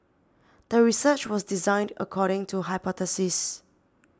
the research was designed according to hypothesis